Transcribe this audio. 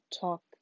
talk